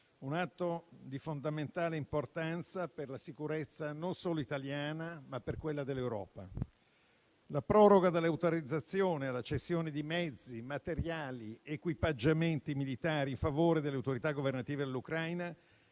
ritiene di fondamentale importanza per la sicurezza non solo italiana, ma anche dell'Europa. La proroga dell'autorizzazione alla cessione di mezzi, materiali ed equipaggiamenti militari in favore delle autorità governative dell'Ucraina